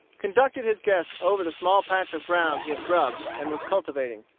conducted his guest over the small patch of ground he had grubbed and was cultivating.